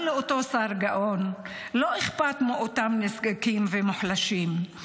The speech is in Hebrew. אבל לאותו שר גאון לא אכפת מאותם נזקקים ומוחלשים.